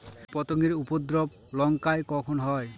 কীটপতেঙ্গর উপদ্রব লঙ্কায় কখন হয়?